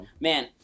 Man